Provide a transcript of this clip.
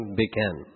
began